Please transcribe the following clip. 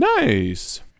Nice